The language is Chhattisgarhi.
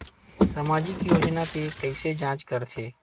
सामाजिक योजना के कइसे जांच करथे?